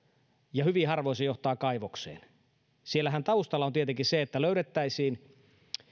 ja hyvin harvoin se johtaa kaivokseen siellä taustallahan on tietenkin se että löydettäisiin